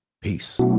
Peace